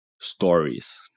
stories